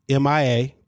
MIA